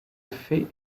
fait